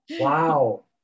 Wow